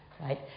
right